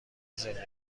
زندگیم